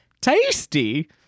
tasty